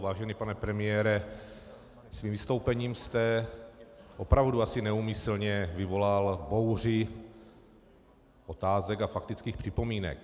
Vážený pane premiére, svým vystoupením jste opravdu asi neúmyslně vyvolal bouři otázek a faktických připomínek.